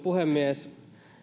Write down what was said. puhemies